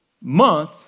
month